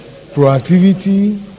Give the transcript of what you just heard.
proactivity